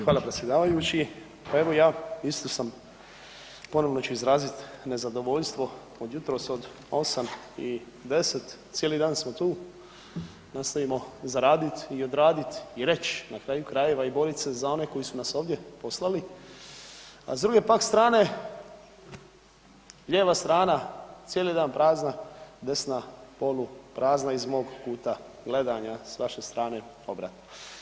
Hvala predsjedavajući, pa evo ja isto sam, ponovno ću izraziti nezadovoljstvo od jutros od 8,10, cijeli dan smo tu, nastojimo zaraditi i odraditi i reći, na kraju krajeva i boriti se za one koji su nas ovdje poslali, a s druge pak strane, lijeva strana cijeli dan prazna, desna poluprazna iz mog kuta gledanja, s vaše strane obratno.